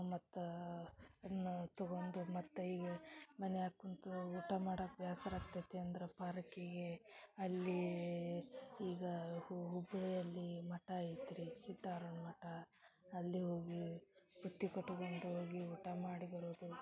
ಮತ್ತು ಇದನ್ನ ತಗೊಂಡು ಮತ್ತೆ ಈ ಮನೆಯಾಗೆ ಕುಂತೂ ಊಟ ಮಾಡಾಕೆ ಬ್ಯಾಸರ ಆಗ್ತೈತಿ ಅಂದರೆ ಪಾರ್ಕಿಗೆ ಅಲ್ಲಿ ಈಗ ಹುಬ್ಬಳ್ಳಿ ಅಲ್ಲಿ ಮಟ ಐತೆ ರೀ ಸಿದ್ದಾರುನ್ ಮಠ ಅಲ್ಲಿ ಹೋಗಿ ಬುತ್ತಿ ಕಟಕೊಂಡು ಹೋಗಿ ಊಟ ಮಾಡಿ ಬರೋದು